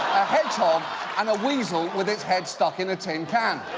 hedgehog and a weasel with its head stuck in a tin can.